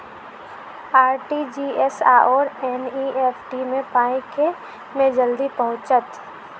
RTGS आओर NEFT मे पाई केँ मे जल्दी पहुँचत?